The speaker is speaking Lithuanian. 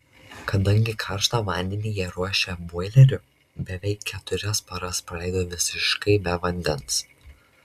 kadangi karštą vandenį jie ruošia boileriu beveik keturias paras praleido visiškai be vandens